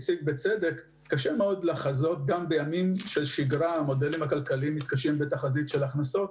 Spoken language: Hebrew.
גם בימים של שגרה קשה מאוד לחזות תחזית של הכנסות,